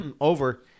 over